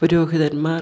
പുരോഹിതന്മാർ